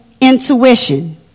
Intuition